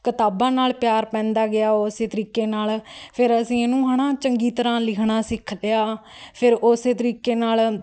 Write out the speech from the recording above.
ਕਿਤਾਬਾਂ ਨਾਲ ਪਿਆਰ ਪੈਂਦਾ ਗਿਆ ਉਸੇ ਤਰੀਕੇ ਨਾਲ ਫਿਰ ਅਸੀਂ ਇਹਨੂੰ ਹੈ ਨਾ ਚੰਗੀ ਤਰ੍ਹਾਂ ਲਿਖਣਾ ਸਿੱਖ ਲਿਆ ਫਿਰ ਉਸੇ ਤਰੀਕੇ ਨਾਲ